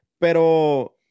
pero